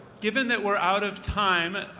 given that we're out of time,